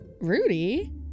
Rudy